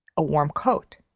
a warm coat,